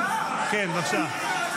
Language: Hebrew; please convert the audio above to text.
כן, בבקשה.